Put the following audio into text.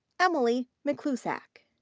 emily miklusak.